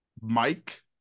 mike